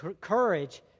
courage